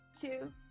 Two